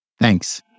Thanks